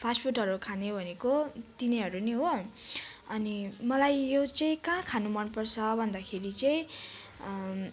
फास्टफुडहरू खाने भनेको तिनीहरू नै हो अनि मलाई यो चाहिँ कहाँ खानु मन पर्छ भन्दाखेरि चाहिँ